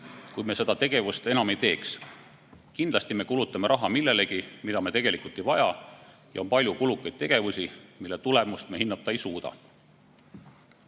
kui me seda tegevust enam ei teeks. Kindlasti me kulutame raha millelegi, mida me tegelikult ei vaja, ja on palju kulukaid tegevusi, mille tulemust me hinnata ei